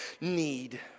need